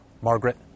Margaret